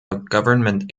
government